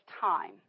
time